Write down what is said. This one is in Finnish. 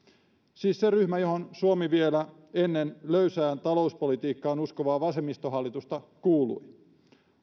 se ryhmä johon suomi vielä ennen löysään talouspolitiikkaan uskovaa vasemmistohallitusta kuului